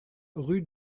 rue